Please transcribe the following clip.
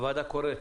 הוועדה קוראת